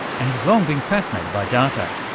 and he's long been fascinated by data.